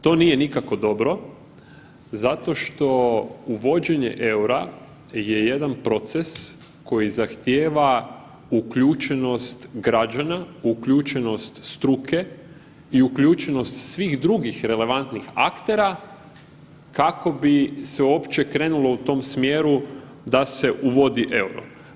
To nije nikako dobro zato što uvođenje eura je jedan proces koji zahtijeva uključenost građana, uključenost struke i uključenost svih drugih relevantnih aktera kako bi se uopće krenulo u tom smjeru da se uvodi EUR-o.